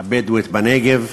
בדואים בנגב.